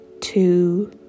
two